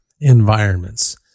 environments